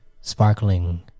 sparkling